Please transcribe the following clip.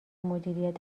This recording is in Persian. مدیریت